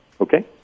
Okay